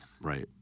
Right